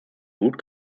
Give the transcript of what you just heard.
gut